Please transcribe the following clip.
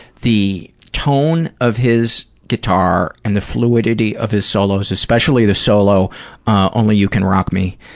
the tone of his guitar and the fluidity of his solos, especially the solo only you can rock me,